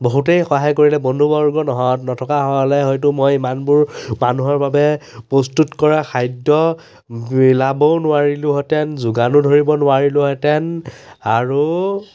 বহুতেই সহায় কৰিলে বন্ধুবৰ্গ নহ নথকাহ'লে হয়তো মই ইমানবোৰ মানুহৰ বাবে প্ৰস্তুত কৰা খাদ্য বিলাবও নোৱাৰিলোহেঁতেন যোগানো ধৰিব নোৱাৰিলোহেঁতেন আৰু